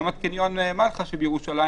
קניון מלחה בירושלים,